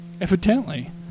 Evidently